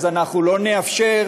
אז אנחנו לא נאפשר